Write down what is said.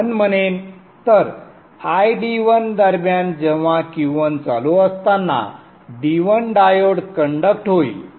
तरID1 दरम्यान जेव्हा Q1 चालू असताना D1 डायोड कंडक्ट होईल